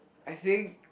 I think